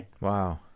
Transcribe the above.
Wow